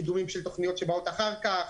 קידומים של תכניות שבאות אחר כך,